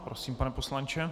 Prosím, pane poslanče.